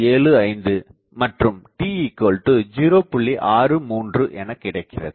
63 எனகிடைக்கிறது